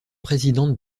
présidente